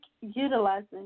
utilizing